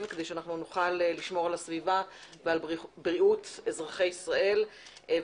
כדי שנוכל לשמור על הסביבה ועל בריאות אזרחי ישראל.